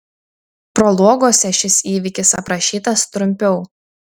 prologuose šis įvykis aprašytas trumpiau